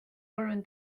oluline